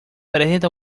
presenta